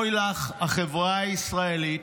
אוי לך, החברה הישראלית,